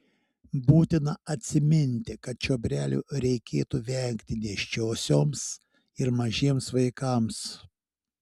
būtina atsiminti kad čiobrelių reikėtų vengti nėščiosioms ir mažiems vaikams